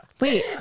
Wait